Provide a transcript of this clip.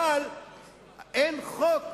אבל אין חוק